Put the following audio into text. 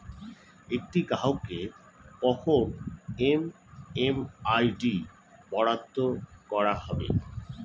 একটি গ্রাহককে কখন এম.এম.আই.ডি বরাদ্দ করা হবে?